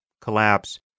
collapse